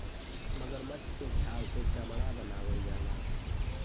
मगरमच्छ के छाल से चमड़ा बनावल जाला